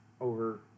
over